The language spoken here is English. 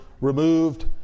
removed